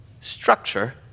structure